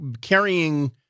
carrying